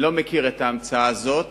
אני לא מכיר את ההמצאה הזאת,